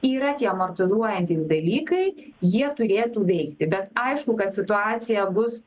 yra tie amoralizuojantys dalykai jie turėtų veikti bet aišku kad situacija bus